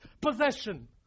possession